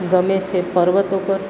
ગમે છે પર્વતો પર